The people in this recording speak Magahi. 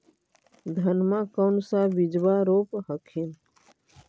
धनमा कौन सा बिजबा रोप हखिन?